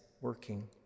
working